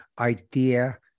idea